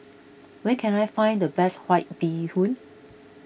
where can I find the best White Bee Hoon